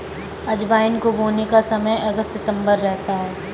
अजवाइन को बोने का समय अगस्त सितंबर रहता है